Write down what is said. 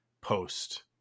post